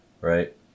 Right